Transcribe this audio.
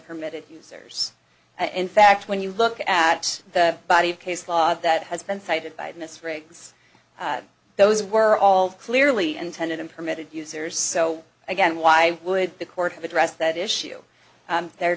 permitted users and in fact when you look at the body of case law that has been cited by this regs those were all clearly intended and permitted users so again why would the court have addressed that issue they're